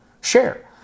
share